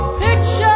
picture